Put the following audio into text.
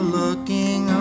looking